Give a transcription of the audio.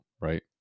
right